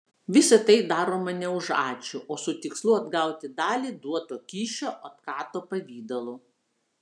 visa tai daroma ne už ačiū o su tikslu atgauti dalį duoto kyšio otkato pavidalu